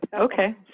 Okay